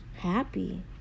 happy